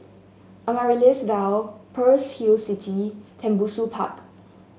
Amaryllis Ville Pearl's Hill City Tembusu Park